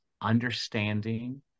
understanding